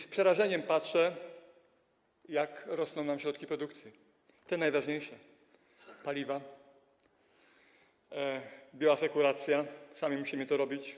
Z przerażeniem patrzę, jak rosną nam koszty produkcji, te najważniejsze: paliwa, bioasekuracja - sami musimy to robić.